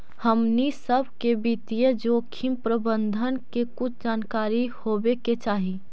हमनी सब के वित्तीय जोखिम प्रबंधन के कुछ जानकारी होवे के चाहि